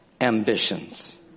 ambitions